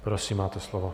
Prosím, máte slovo.